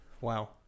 Wow